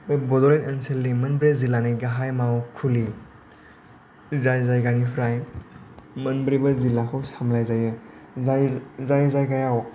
बे बड'लेण्ड ओनसोलनि मोनब्रै जिल्लानि गाहाइ मावखुलि जाय जायगानिफ्राय मोनब्रैबो जिल्लाखौ सामलायजायो जाय जाय जायगायाव